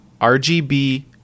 rgb